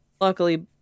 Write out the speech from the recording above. Luckily